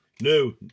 No